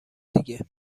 دیگه